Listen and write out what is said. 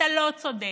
אתה לא צודק,